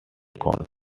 council